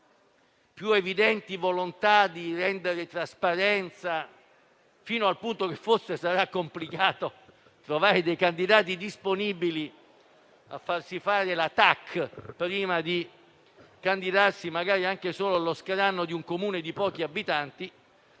più evidenti volontà di renderle trasparenti, fino al punto che, forse, sarà complicato trovare candidati disponibili a farsi fare la TAC prima di candidarsi anche solo allo scranno di un Comune di pochi abitanti.